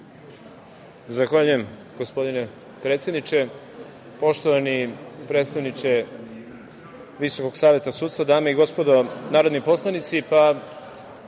Zahvaljujem, gospodine predsedniče. Poštovani predstavniče Visokog saveta sudstva, dame i gospodo narodni poslanici, želim